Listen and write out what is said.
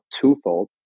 twofold